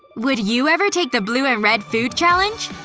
would you ever take the blue and red food challenge?